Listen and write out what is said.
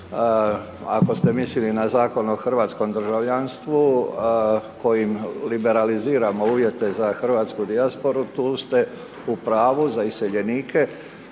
ako ste mislili na zakon o hrvatskom državljanstvu kojim liberaliziramo uvjete za hrvatsku dijasporu tu ste u pravu za iseljenike